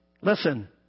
Listen